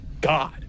God